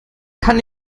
kann